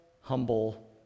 humble